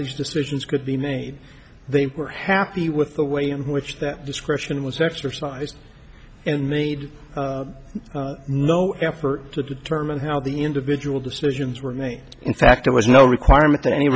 these decisions could be made they were happy with the way in which that discretion was exercised in me no effort to determine how the individual decisions were made in fact there was no requirement that any